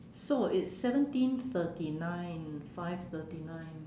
so it's seventeen thirty nine five thirty nine